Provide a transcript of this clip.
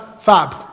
fab